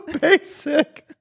basic